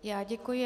Já děkuji.